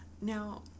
Now